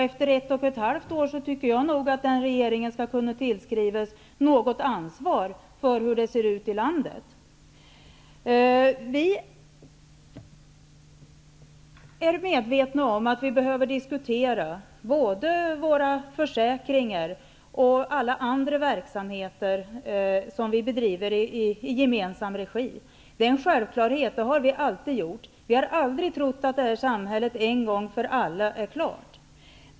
Efter ett och ett halvt år vid makten tycker jag nog att den borgerliga regeringen skall kunna tillskri vas åtminstone något ansvar för hur det ser ut i landet. Vi är medvetna om att det är nödvändigt att dis kutera både försäkringar och alla andra verksam heter som bedrivs i gemensam regi. Det är en självklarhet, och det har vi alltid gjort. Vi har ald rig trott att samhället en gång för alla är klart.